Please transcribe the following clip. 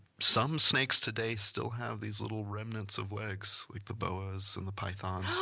some snakes today still have these little remnants of legs, like the boas and the pythons.